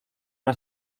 una